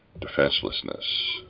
Defenselessness